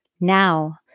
Now